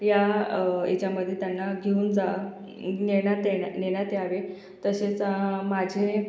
या याच्यामध्ये त्यांना घेऊन जा इ नेण्यात येण्या नेण्यात यावे तसेच माझे